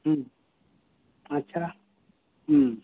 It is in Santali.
ᱟᱪᱪᱷᱟ